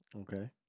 Okay